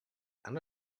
and